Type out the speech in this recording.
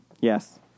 Yes